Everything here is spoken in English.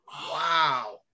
Wow